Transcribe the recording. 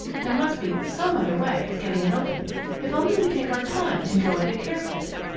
there must be some other way of getting it open if only we take our time and go at it carefully.